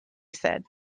said